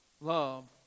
Love